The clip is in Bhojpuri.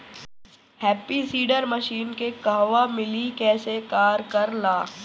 हैप्पी सीडर मसीन के कहवा मिली कैसे कार कर ला?